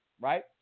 right